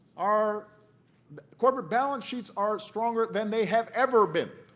are corporate balance sheets are stronger than they have ever been